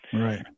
right